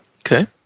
Okay